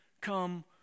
come